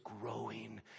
growing